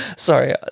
Sorry